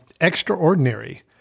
Extraordinary